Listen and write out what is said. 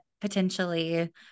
potentially